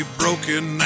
broken